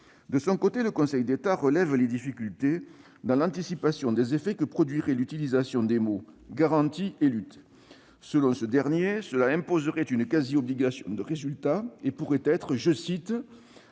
De son côté, le Conseil d'État relève les difficultés dans l'anticipation des effets que produirait l'utilisation des mots « garantit » et « lutte ». Selon lui, cela imposerait une quasi-obligation de résultat et pourrait être entendu